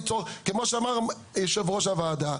כמו שאמר יושב ראש הוועדה,